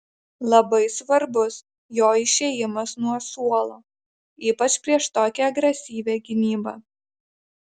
labai svarbus jo išėjimas nuo suolo ypač prieš tokią agresyvią gynybą